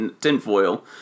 tinfoil